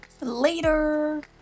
Later